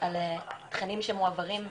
על תכנים שמועברים,